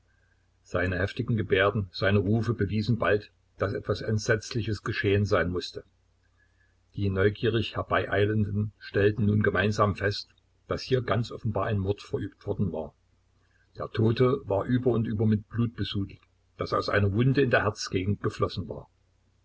seine heftigen gebärden seine rufe bewiesen bald daß etwas entsetzliches geschehen sein mußte die neugierig herbeieilenden stellten nun gemeinsam fest daß hier ganz offenbar ein mord verübt worden war der tote war über und über mit blut besudelt das aus einer wunde in der herzgegend geflossen war